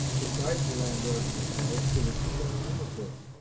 besides the landlord and his wife there were two men in uniform,